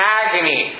agony